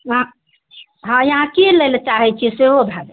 अहाँ अहाँ की लै लऽ चाहैत छियै सेहो भए जाएत